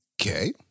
Okay